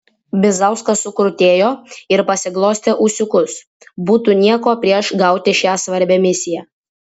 bizauskas sukrutėjo ir pasiglostė ūsiukus būtų nieko prieš gauti šią svarbią misiją